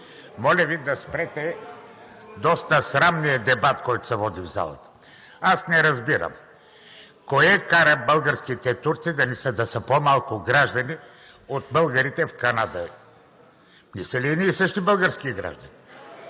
Моля Ви да спрете доста срамния дебат, който се води в залата. Аз не разбирам кое кара българските турци да се по-малко граждани от българите в Канада – не са ли едни и същи български граждани?